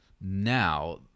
now